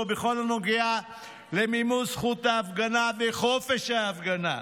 בכל הנוגע למימוש זכות ההפגנה וחופש המחאה,